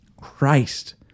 Christ